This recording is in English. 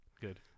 good